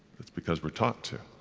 it's because we're taught to.